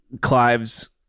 clive's